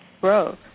growth